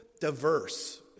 diverse